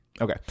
Okay